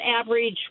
Average